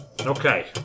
Okay